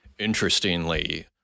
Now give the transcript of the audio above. Interestingly